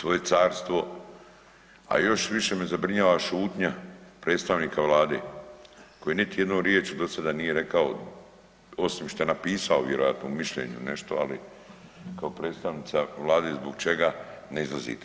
svoje carstvo, a još više me zabrinjava šutnja predstavnika Vlade koji niti jednu riječ do sada nije rekao osim šta je napisao vjerojatno u mišljenju nešto, ali kao predstavnica Vlade zbog čega ne izlazite.